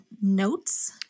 notes